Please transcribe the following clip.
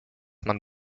man